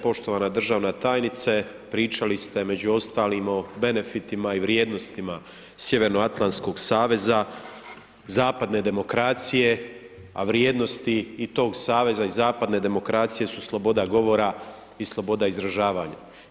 Poštovana državna tajnice, pričali ste među ostalim o benefitima i vrijednostima Sjevernoatlantskog saveza, zapadne demokracije, a vrijednost i tog saveza i zapadne demokracije su sloboda govora i sloboda izražavanja.